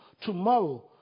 Tomorrow